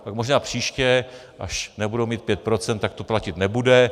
Tak možná příště, až nebudou mít pět procent, tak to platit nebude.